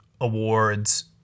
Awards